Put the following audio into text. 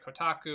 Kotaku